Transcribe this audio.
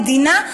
המדינה.